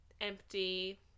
empty